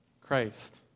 Christ